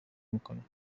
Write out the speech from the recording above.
میکنن